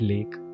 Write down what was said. Lake